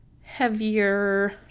heavier